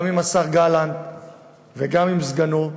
גם עם השר גלנט וגם עם סגנו,